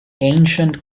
ancient